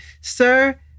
sir